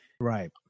right